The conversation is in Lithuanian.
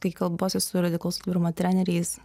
kai kalbuosi su radikalaus atvirumo treneriais